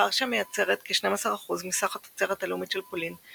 ורשה מייצרת כ-12% מסך התוצרת הלאומית של פולין,